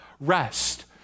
rest